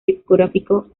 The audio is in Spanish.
discográfico